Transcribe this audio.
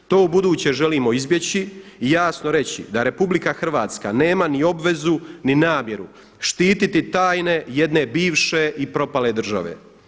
To u buduće želimo izbjeći i jasno reći, da RH nema ni obvezu ni namjeru štititi tajne jedne bivše i propale države.